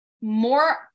more